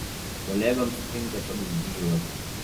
kolegoms tinka toks dylas